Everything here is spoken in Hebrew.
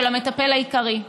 של המטפל העיקרי.